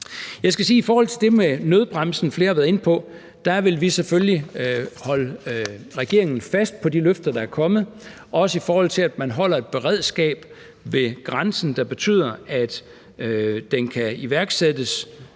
Jeg skal sige i forhold til det med nødbremsen, som flere har været inde på, at der vil vi selvfølgelig holde regeringen fast på de løfter, der er kommet, også i forhold til at man holder et beredskab ved grænsen, der betyder, at det kan iværksættes